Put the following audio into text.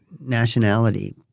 nationality